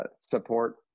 support